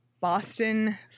Boston